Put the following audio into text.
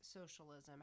socialism